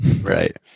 Right